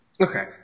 Okay